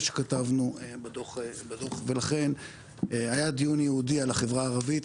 שכתבנו בדוח ולכן היה דיון ייעודי על החברה הערבית,